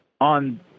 on –